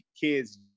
kids